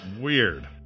weird